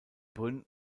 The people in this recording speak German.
brünn